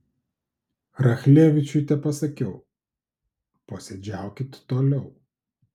rachlevičiui tepasakiau posėdžiaukit toliau